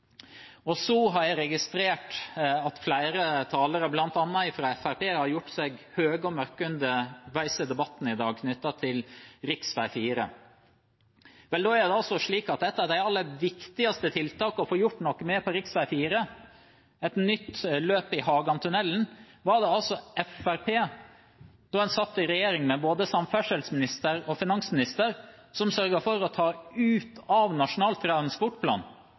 har registrert at flere talere, bl.a. fra Fremskrittspartiet, har gjort seg høye og mørke underveis i debatten i dag knyttet til rv. 4. Vel, det er altså slik at et av de aller viktigste tiltakene på rv. 4, et nytt løp i Hagantunnelen, var det altså Fremskrittspartiet, da de satt i regjering med både samferdselsminister og finansminister, som sørget for å ta ut av Nasjonal transportplan. Det var prioritert av de rød-grønne partiene da de satt i regjering. Det ble tatt ut av Nasjonal transportplan